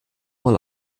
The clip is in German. mal